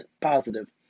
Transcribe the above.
positive